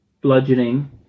bludgeoning